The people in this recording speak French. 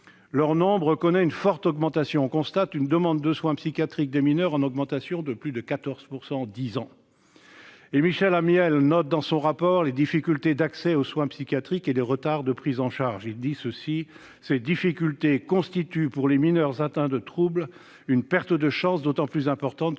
Leur nombre connaît une forte augmentation. On constate une demande de soins psychiatrique des mineurs en augmentation de plus de 14 % en dix ans. Michel Amiel note dans son rapport les difficultés d'accès aux soins psychiatriques et les retards de prise en charge :« Ces difficultés constituent pour les mineurs atteints de troubles une perte de chance d'autant plus importante que la précocité de